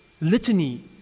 litany